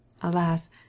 Alas